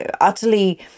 utterly